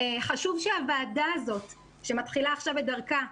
חשוב שהוועדה הזאת שמתחילה עכשיו את דרכה,